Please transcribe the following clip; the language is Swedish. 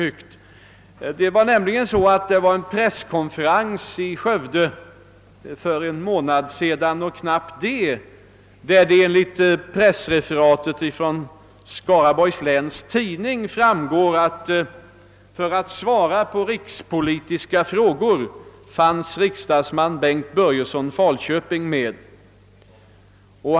I ett referat i Skaraborgs Läns Tidning från en presskonferens i Skövde för knappt en månad sedan heter det: »För att svara på rikspolitiska frågor fanns riksdagsman Bengt Börjesson, Falköping, med.